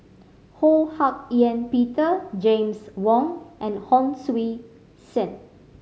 Ho Hak Ean Peter James Wong and Hon Sui Sen